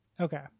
Okay